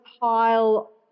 pile